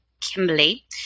Kimberly